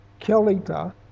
Kelita